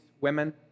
women